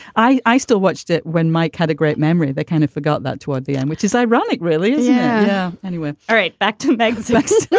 i i still watched it when mike had a great memory that kind of forgot that toward the end. which is ironic really. yeah anyway. all right. back to back.